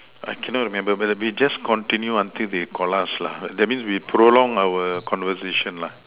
I cannot remember but we just continue until they Call us lah that means we prolong our conversation lah